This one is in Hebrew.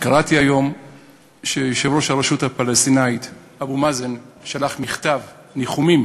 קראתי היום שיושב-ראש הרשות הפלסטינית אבו מאזן שלח מכתב ניחומים